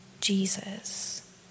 Jesus